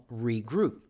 regroup